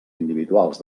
individuals